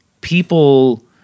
people –